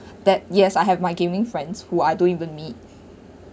that yes I have my gaming friends who I don't even meet